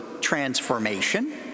transformation